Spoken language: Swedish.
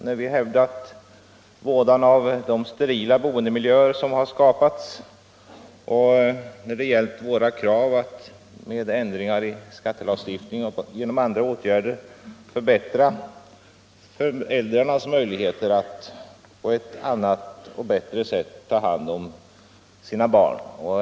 Vi har hävdat vådan av de sterila boendemiljöer som skapats och ställt kravet att med ändringar i skattelagstiftningen och andra åtgärder föräldrarnas möjligheter att på ett annat och bättre sätt ta hand om sina barn skall förbättras.